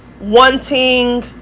wanting